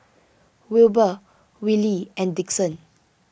Wilber Willie and Dixon